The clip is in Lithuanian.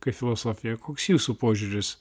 kaip filosofija koks jūsų požiūris